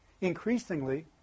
increasingly